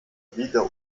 wieder